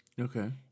Okay